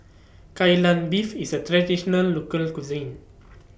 Kai Lan Beef IS A Traditional Local Cuisine